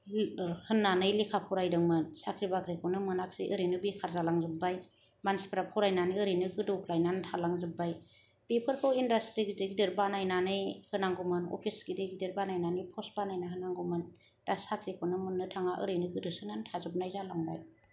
होननानै लेखा फरायदोंमोन साख्रि बाख्रिखौनो मोनाखिसै ओरैनो बेखार जालांजोबबाय मानसिफोरा फरायनानै ओरैनो गोदौग्लायनानै जालांजोबबाय बेफोरखौ इन्डास्ट्रि गिदिर गिदिर बानायनानै होनांगौमोन अफिस गिदिर गिदिर बानायनानै पस्ट बानायनानै होनांगौमोन दा साख्रिखौनो मोननो थाङा ओरैनो गोदोसोनानै थाजोबनाय जालांबाय